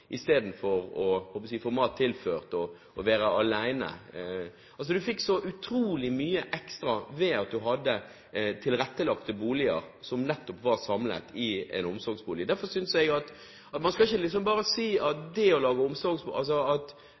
å gå og spise middag hver dag istedenfor å få mat brakt hjem og være alene. Du får så utrolig mye ekstra ved at du har tilrettelagte boliger, der alt er samlet i en omsorgsbolig. Derfor synes jeg ikke at man bare skal si at det